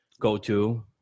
go-to